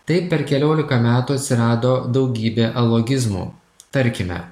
taip per keliolika metų atsirado daugybė alogizmų tarkime